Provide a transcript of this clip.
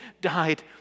died